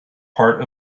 part